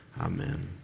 Amen